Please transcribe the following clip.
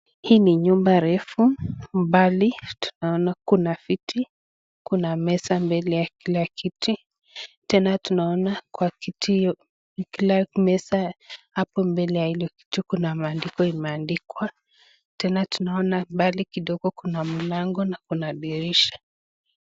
Hii ni nyumba refu, mbali tunaona kuna viti, kuna meza mbele ya kila kiti, tena tunaona kwa kiti hiyo kila meza hapo mbele ya hilo kiti kuna maandiko imeandikwa, tena tunaona mbali kidogo kuna mlango na kuna dirisha.